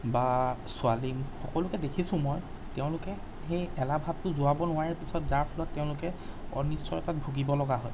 বা ছোৱালী সকলোকে দেখিছো মই তেওঁলোকে সেই এলাহ ভাবটো যোৱাব নোৱাৰে পিছত যাৰ ফলত তেওঁলোকে অনিশ্চয়তাত ভুগিব লগা হয়